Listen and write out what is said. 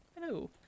hello